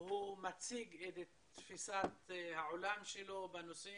הוא מציג את תפיסת העולם שלו בנושא